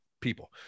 people